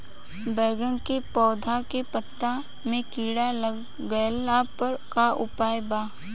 बैगन के पौधा के पत्ता मे कीड़ा लाग गैला पर का उपाय बा?